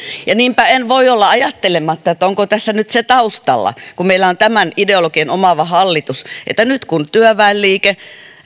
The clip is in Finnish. niinpä en voi olla ajattelematta onko tässä nyt se taustalla kun meillä on tämän ideologian omaava hallitus ja kun työväenliike